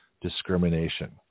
discrimination